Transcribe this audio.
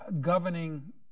governing